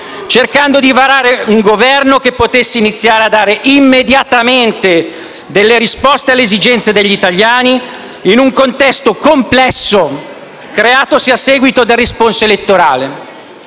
cercando di varare un Governo che potesse iniziare a dare immediatamente delle risposte alle esigenze degli italiani, in un contesto complesso creatosi a seguito del responso elettorale.